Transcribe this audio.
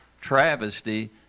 travesty